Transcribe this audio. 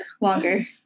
longer